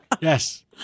Yes